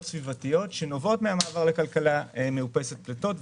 סביבתיות שנובעות מן המעבר לכלכלה מאופסת פליטות,